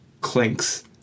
clinks